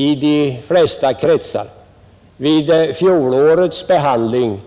Inför fjolårets behandling